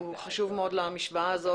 הוא חשוב מאוד למשוואה הזו